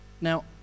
Now